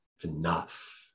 enough